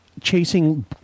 chasing